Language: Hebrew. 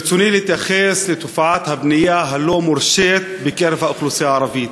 ברצוני להתייחס לתופעת הבנייה הלא-מורשית בקרב האוכלוסייה הערבית.